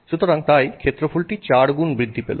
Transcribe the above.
সুতরাং তাই ক্ষেত্রফলটি চারগুণ বৃদ্ধি পেল